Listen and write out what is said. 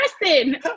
person